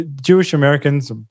Jewish-Americans